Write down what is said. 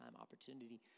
opportunity